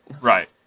Right